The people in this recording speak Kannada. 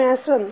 ಮ್ಯಾಸನ್